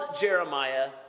Jeremiah